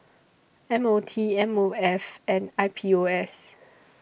M O T M O F and I P O S